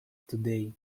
today